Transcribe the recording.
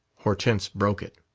hortense broke it.